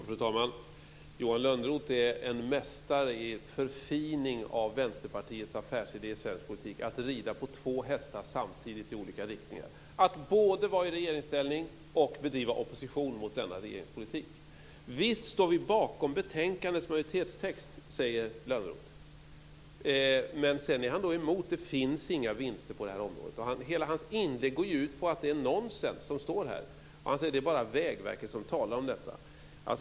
Fru talman! Johan Lönnroth är en mästare i förfining av Vänsterpartiets affärsidé i svensk politik, att rida på två hästar samtidigt i olika riktningar, att både vara i regeringsställning och bedriva opposition mot denna regerings politik. Visst står vi bakom betänkandets majoritetstext, säger Johan Lönnroth. Men sedan är han emot och säger: Det finns inga vinster på det här området. Hela hans inlägg går ut på att det som står är nonsens. Det är bara Vägverket som talar om detta.